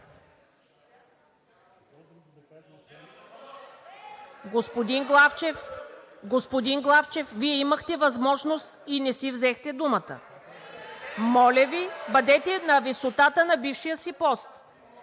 Господин Главчев, Вие имахте възможност и не си взехте думата. Моля Ви, бъдете на висотата на бившия си пост.